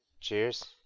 Cheers